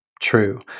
true